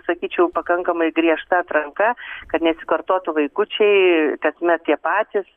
sakyčiau pakankamai griežta atranka kad nesikartotų vaikučiai kasmet tie patys